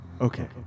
Okay